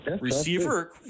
Receiver